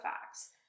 facts